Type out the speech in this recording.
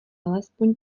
alespoň